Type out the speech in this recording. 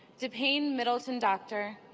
depayne middle ton doctor.